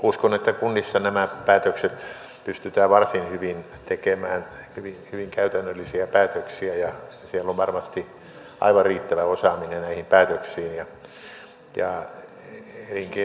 uskon että kunnissa nämä päätökset pystytään varsin hyvin tekemään hyvin käytännöllisiä päätöksiä ja siellä on varmasti aivan riittävä osaaminen näihin päätöksiin